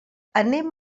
anem